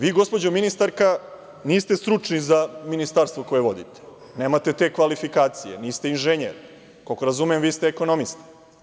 Vi, gospođo ministarka niste stručni za ministarstvo koje vodite, nemate te kvalifikacije, niste inženjer, koliko razumem vi ste ekonomista.